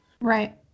Right